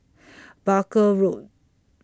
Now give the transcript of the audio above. Barker Road